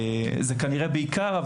כנראה שזה בעיקר זה,